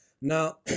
Now